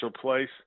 place